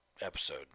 episode